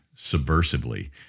subversively